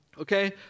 Okay